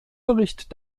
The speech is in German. bericht